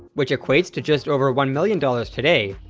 which equates to just over one million dollars today,